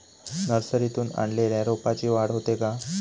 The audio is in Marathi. नर्सरीतून आणलेल्या रोपाची वाढ होते का?